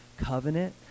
covenant